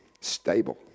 Stable